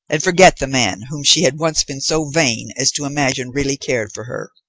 and forget the man whom she had once been so vain as to imagine really cared for her.